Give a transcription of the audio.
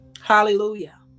hallelujah